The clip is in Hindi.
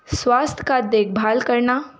स्वास्थ्य का देखभाल करना